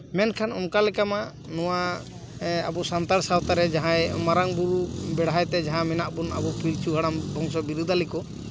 ᱢᱮᱱᱠᱷᱟᱱ ᱚᱱᱠᱟ ᱞᱮᱠᱟ ᱢᱟ ᱱᱚᱣᱟ ᱟᱵᱚ ᱥᱟᱱᱛᱟᱲ ᱥᱟᱶᱛᱟᱨᱮ ᱡᱟᱦᱟᱸᱭ ᱢᱟᱨᱟᱝ ᱵᱳᱨᱳ ᱵᱮᱲᱦᱟᱭ ᱛᱮ ᱡᱟᱦᱟᱸ ᱢᱮᱱᱟᱜ ᱵᱚᱱ ᱟᱵᱚ ᱯᱤᱞᱪᱩ ᱦᱟᱲᱟᱢ ᱵᱚᱝᱥᱚ ᱵᱤᱨᱟᱹᱫᱟᱹᱞᱤ ᱠᱚ